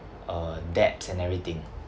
uh debt and everything